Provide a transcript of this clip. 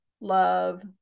love